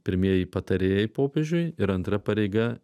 pirmieji patarėjai popiežiui ir antra pareiga